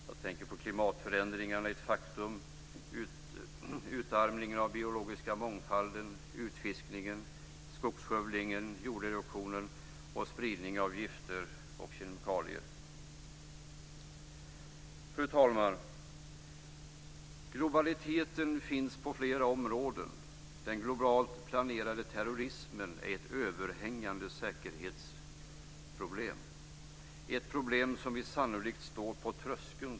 Jag tänker på att klimatförändringarna är ett faktum och på utarmningen av den biologiska mångfalden, utfiskningen, skogsskövlingen, jorderosionen och spridningen av gifter och kemikalier. Fru talman! Globaliteten finns på flera områden. Den globalt planerade terrorismen är ett överhängande säkerhetsproblem - ett problem som vi sannolikt står på tröskeln till.